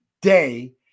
day